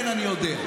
כן, אני יודע.